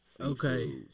Okay